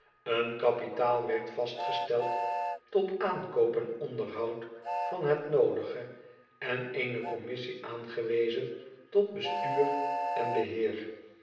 en kapitaal werd vastgesteld tot aankoop en onderhoud van het noodige en eene commissie aangewezen tot bestuur en beheer